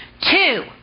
Two